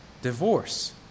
divorce